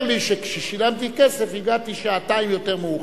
לי שכאשר שילמתי כסף הגעתי שעתיים יותר מאוחר.